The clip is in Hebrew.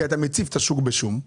כי אתה מציף את השוק בשום.